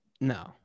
No